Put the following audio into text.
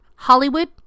Hollywood